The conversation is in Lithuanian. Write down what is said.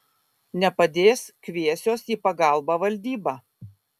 nepadės kviesiuos į pagalbą valdybą